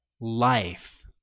life